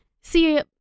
See